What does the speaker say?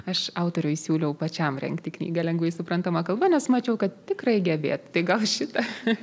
aš autoriui siūliau pačiam rengti knygą lengvai suprantama kalba nes mačiau kad tikrai gebėtų tai gal šitą